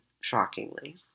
shockingly